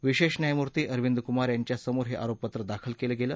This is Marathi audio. विशेष न्यायमूर्ती अरविंद कुमार यांच्या समोर हे आरोपपत्र दाखल केलं गेलं